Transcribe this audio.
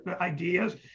ideas